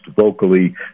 vocally